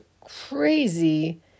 crazy